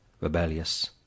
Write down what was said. rebellious